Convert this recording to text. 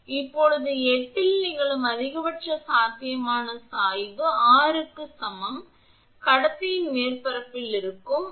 இப்போது x இல் நிகழும் அதிகபட்ச சாத்தியமான சாய்வு r க்கு சமம் x x கடத்தியின் மேற்பரப்பில் இருக்கும் r க்கு சமம்